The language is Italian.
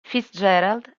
fitzgerald